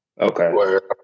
Okay